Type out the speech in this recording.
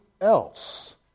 else